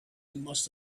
must